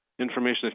information